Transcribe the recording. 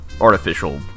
artificial